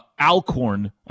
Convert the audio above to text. Alcorn